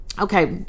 Okay